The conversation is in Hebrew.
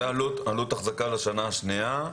זו עלות האחזקה לשנה השנייה.